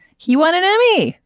he won an emmy.